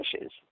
issues